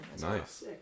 Nice